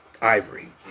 ivory